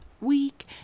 week